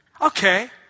Okay